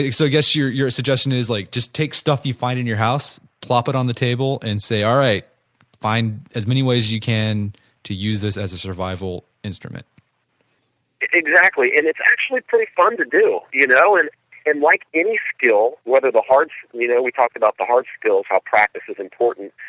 so guess your your suggestion is like just take stuff you find in your house, plop it on the table and say all right find as many ways as you can to use this as a survival instrument exactly. and it's actually pretty fun to do, you know, and and like any skill whether the hard you know we talked about the hard skills, how practice is important.